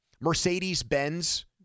Mercedes-Benz